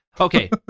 Okay